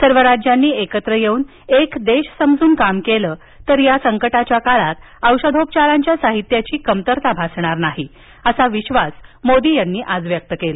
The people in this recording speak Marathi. सर्व राज्यांनी एकत्र येऊन एक देश समजून कामकेलं तर या संकटाच्या काळात औषधोपचारांच्या साहित्याची कमतरता भासणार नाही असाविश्वास मोदी यांनी आज व्यक्त केला